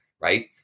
Right